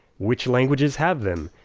which languages have them,